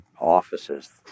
offices